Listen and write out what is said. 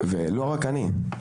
ולא רק אני,